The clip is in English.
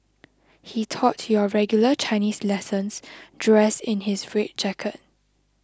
he taught your regular Chinese lessons dressed in his red jacket